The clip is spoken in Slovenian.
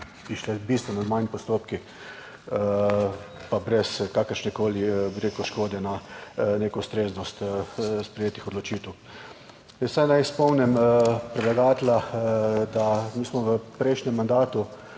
šle bistveno manj, postopki, pa brez kakršnekoli, bi rekel, škode na neko ustreznost sprejetih odločitev. Jaz vsaj naj spomnim predlagatelja, da mi smo v prejšnjem mandatu,